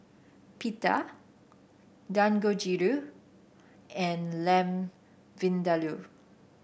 Pita Dangojiru and Lamb Vindaloo